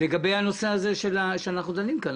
לגבי הנושא בו אנחנו דנים כאן?